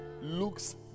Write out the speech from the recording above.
looks